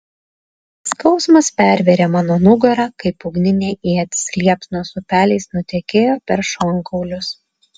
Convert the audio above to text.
skausmas pervėrė mano nugarą kaip ugninė ietis liepsnos upeliais nutekėjo per šonkaulius